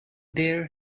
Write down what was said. there